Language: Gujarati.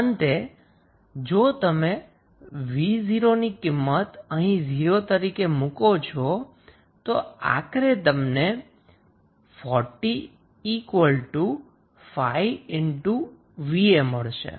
અંતે જો તમે 𝑣0 ની કિંમત અહીં 0 તરીકે મૂકો છો તો તમને આખરે 405𝑣𝑎 મળશે